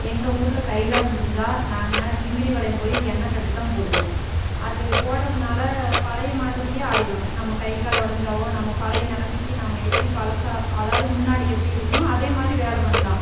எங்கள் ஊரில் கை கால் முறிஞ்சால் நாங்கள் சிங்கிரி வளையம் போய் எண்ணெய் கட்டு தான் போடுவோம் அது போடறதுனால் பழைய மாதிரியே ஆயிடும் நம்ம கை கால் உடஞ்சாவோ நம்ம பழைய நிலைமைக்கி நம்ம எப்படி பழசாக அதாவது முன்னாடி எப்படி இருக்கோமோ அதேமாதிரி வேலை பண்ணலாம்